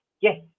yes